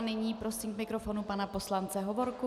Nyní prosím k mikrofonu pana poslance Hovorku.